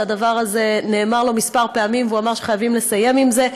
שהדבר הזה נאמר לו כמה פעמים והוא אמר שחייבים לסיים עם זה,